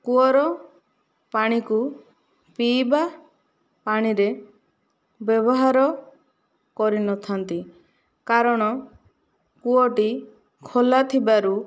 କୂଅର ପାଣିକୁ ପିଇବା ପାଣିରେ ବ୍ୟବହାର କରିନଥାନ୍ତି କାରଣ କୂଅଟି ଖୋଲା ଥିବାରୁ